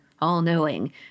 all-knowing